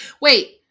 Wait